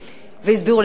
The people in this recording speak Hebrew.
ביסודי והסבירו לי.